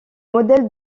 modèles